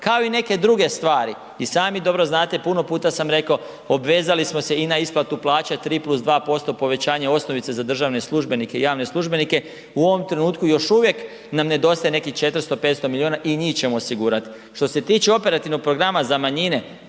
Kao i neke druge stvari i sami dobro znate, puno puta sam rekao, obvezali smo se i na isplatu plaća 3+2% povećanje osnovice za državne službenike i javne službenike. U ovom trenutku još uvijek nam nedostaje nekih 400, 500 milijuna i njih ćemo osigurati. Što se tiče operativnog programa za manjine,